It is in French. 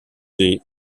des